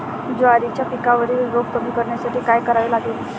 ज्वारीच्या पिकावरील रोग कमी करण्यासाठी काय करावे लागेल?